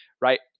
right